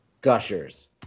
Gushers